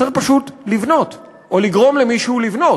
צריך פשוט לבנות או לגרום למישהו לבנות.